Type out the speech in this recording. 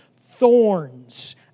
Thorns